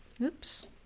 Oops